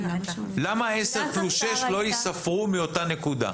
למה עשר פלוס שש לא ייספרו מאותה נקודה?